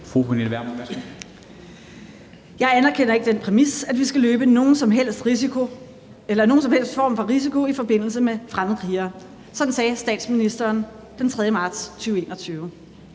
»Jeg anerkender ikke den præmis, at vi skal løbe nogen som helst form for risiko i forbindelse med fremmedkrigere.« Sådan sagde statsministeren den 3. marts 2021.